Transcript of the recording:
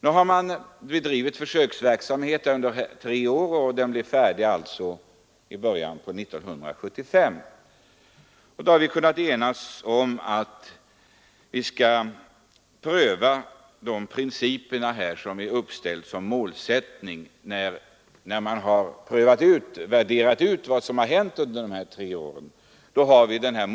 Nu bedrivs en treårig försöksverksamhet som avslutas i början av år 1975. Vi har kunnat enas om att pröva de principer som uppställts som målsättning när en utvärdering av det som hänt under dessa tre år har gjorts.